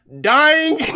Dying